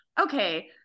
Okay